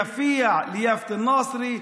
את יפיע ליאפת א-נאצרה,